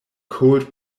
cold